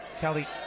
Kelly